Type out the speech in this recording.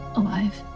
alive